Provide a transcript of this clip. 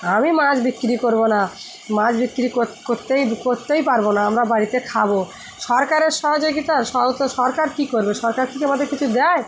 আমি মাছ বিক্রি করবো না মাছ বিক্রি করতেই করতেই পারবো না আমরা বাড়িতে খাবো সরকারের সহযোগিতা তো সরকার কী করবে সরকার কি কি আমাদের কিছু দেয়